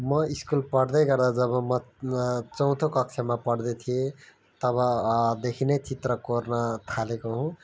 म स्कुल पढ्दै गर्दा जब म चौथो कक्षामा पढ्दै थिएँ तब देखि नै चित्र कोर्न थालेको हुँ